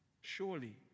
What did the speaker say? surely